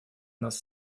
нас